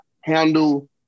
handle